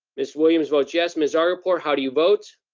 miss williams votes yes. miss zargarpur, how do you vote?